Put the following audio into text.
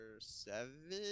seven